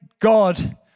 God